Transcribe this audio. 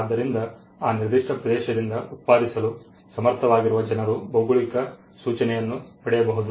ಆದ್ದರಿಂದ ಆ ನಿರ್ದಿಷ್ಟ ಪ್ರದೇಶದಿಂದ ಉತ್ಪಾದಿಸಲು ಸಮರ್ಥವಾಗಿರುವ ಜನರು ಭೌಗೋಳಿಕ ಸೂಚನೆಯನ್ನು ಪಡೆಯಬಹುದು